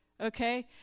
okay